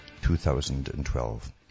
2012